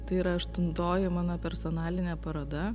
tai yra aštuntoji mano personalinė paroda